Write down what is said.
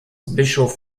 bischof